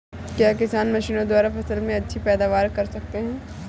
क्या किसान मशीनों द्वारा फसल में अच्छी पैदावार कर सकता है?